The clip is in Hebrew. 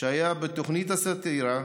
שהיה בתוכנית הסאטירה,